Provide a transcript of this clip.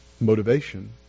motivation